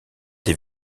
des